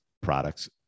products